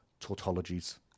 tautologies